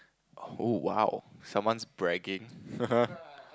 oh !wow! someone's bragging